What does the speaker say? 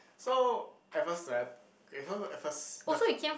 so at first when I so at first the f~ !huh! ya